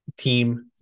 team